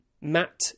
Matt